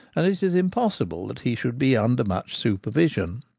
and it is impossible that he should be under much supervision.